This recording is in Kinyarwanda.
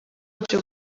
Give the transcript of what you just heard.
byo